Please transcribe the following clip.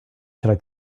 should